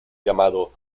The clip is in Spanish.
llamado